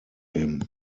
him